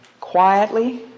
quietly